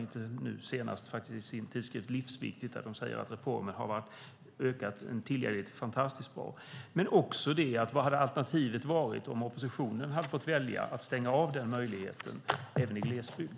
Nu senast säger man i tidskriften Livsviktigt att reformen har ökat tillgängligheten fantastiskt bra och frågar också vad alternativet hade varit om oppositionen hade fått välja att stänga av den möjligheten även i glesbygd.